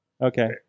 Okay